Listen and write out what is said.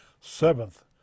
seventh